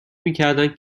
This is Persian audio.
میکردند